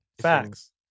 facts